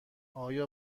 آیا